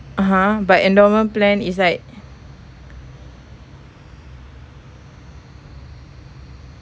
(uh huh) but endowment plan is like